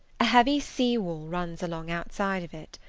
a heavy sea-wall runs along outside of it.